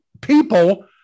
people